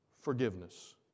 forgiveness